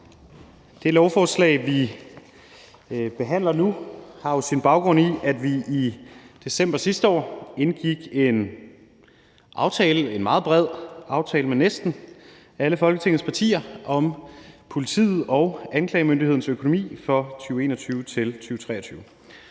Det lovforslag, vi behandler nu, har jo sin baggrund i, at vi i december sidste år indgik en meget bred aftale med næsten alle Folketingets partier om politiet og anklagemyndighedens økonomi for 2021